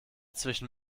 zwischen